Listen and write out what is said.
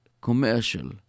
commercial